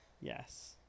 Yes